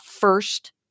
first